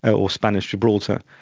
ah or spanish gibraltar.